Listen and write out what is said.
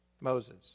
Moses